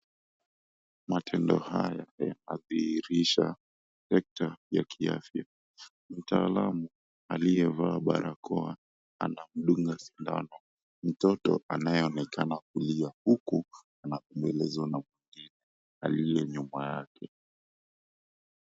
Matendo haya yanadhihirisha sekta ya kiafya mtaalamu aliyevaa barakoa anamdunga sindano mtoto anayeonekana kulia huku kuna aliye nyuma yake.